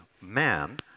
man